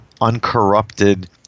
uncorrupted